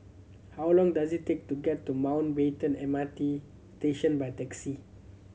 how long does it take to get to Mountbatten M R T Station by taxi